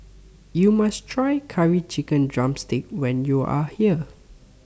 YOU must Try Curry Chicken Drumstick when YOU Are here